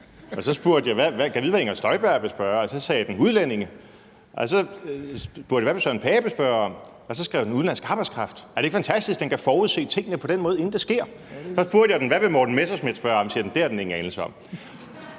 Og så spurgte jeg: Gad vide, hvad Inger Støjberg vil spørge om. Og så sagde den: udlændinge. Så spurgte jeg: Hvad vil Søren Pape Poulsen spørge om? Og så svarede den: udenlandsk arbejdskraft. Er det ikke fantastisk, at den kan forudsige tingene på den måde, inden de sker? Så spurgte jeg den: Hvad vil Morten Messerschmidt spørge om? Så svarede den, at det havde den ingen anelse om.